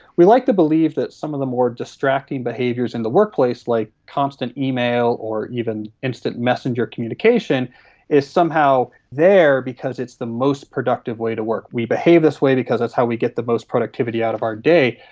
we like to believe that some of the more distracting behaviours in the workplace, like constant email or even instant messenger communication is somehow there because it's the most productive way to work. we behave this way because that's how we get the most productivity out of our day.